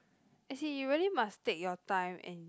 as in you really must take your time and